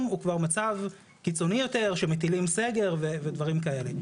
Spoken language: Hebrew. הוא כבר מצב קיצוני יותר שמטילים סגר ודברים כאלה.